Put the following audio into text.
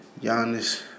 Giannis